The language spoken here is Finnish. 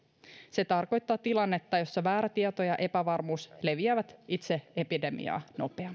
se tarkoittaa tilannetta jossa väärä tieto ja epävarmuus leviävät itse epidemiaa nopeammin